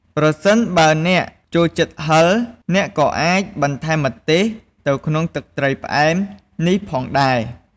ប្រសិនបើអ្នកចូលចិត្តហឹរ អ្នកក៏អាចបន្ថែមម្ទេសទៅក្នុងទឹកត្រីផ្អែមនេះផងដែរ ។